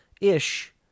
ish